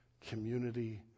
community